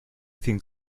think